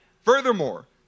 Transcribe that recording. Furthermore